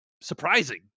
surprising